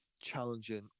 challenging